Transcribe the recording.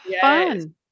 fun